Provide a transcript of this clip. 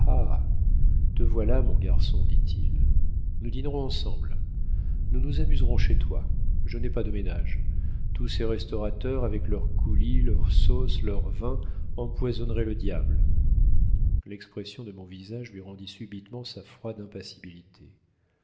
te voilà mon garçon dit-il nous dînerons ensemble nous nous amuserons chez toi je n'ai pas de ménage tous ces restaurateurs avec leurs coulis leurs sauces leurs vins empoisonneraient le diable l'expression de mon visage lui rendit subitement sa froide impassibilité